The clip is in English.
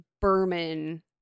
Berman